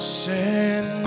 send